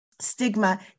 stigma